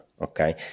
Okay